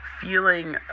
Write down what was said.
feeling